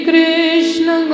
Krishna